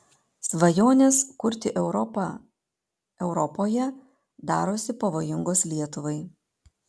svajonės kurti europą europoje darosi pavojingos lietuvai